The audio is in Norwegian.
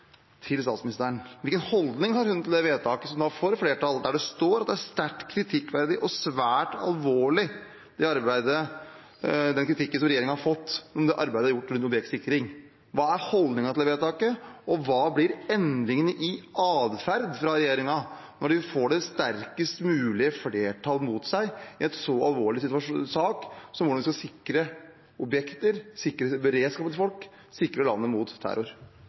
til statsministeren: Hvilken holdning har hun til det vedtaket som da får flertall, der det står at arbeidet er sterkt kritikkverdig og svært alvorlig, og til den kritikken som regjeringen har fått for det arbeidet som er gjort med objektsikring? Hva er holdningen til det vedtaket, og hva blir endringen i atferd fra regjeringen, når de får et sterkest mulig flertall mot seg i en så alvorlig sak, der en skal sikre objekter, sikre beredskapen til folk, sikre landet mot terror?